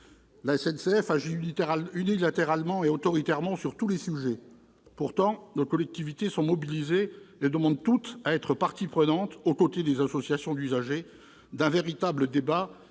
La SNCF agit unilatéralement et autoritairement sur tous les sujets. Pourtant, nos collectivités sont mobilisées et demandent toutes à être parties prenantes, aux côtés des associations d'usagers, d'un véritable débat